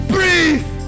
Breathe